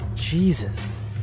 Jesus